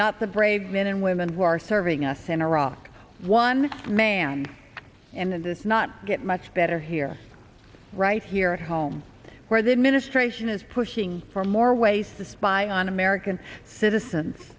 not the brave men and women who are serving us in iraq one man and does not get much better here right here at home where the administration is pushing for more ways to spy on american citizens